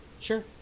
Sure